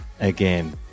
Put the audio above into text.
again